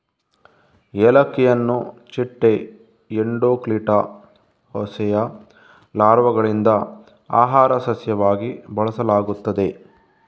ಏಲಕ್ಕಿಯನ್ನು ಚಿಟ್ಟೆ ಎಂಡೋಕ್ಲಿಟಾ ಹೋಸೆಯ ಲಾರ್ವಾಗಳಿಂದ ಆಹಾರ ಸಸ್ಯವಾಗಿ ಬಳಸಲಾಗುತ್ತದೆ